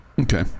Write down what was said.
Okay